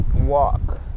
walk